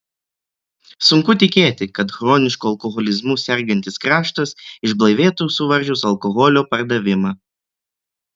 sunku tikėti kad chronišku alkoholizmu sergantis kraštas išblaivėtų suvaržius alkoholio pardavimą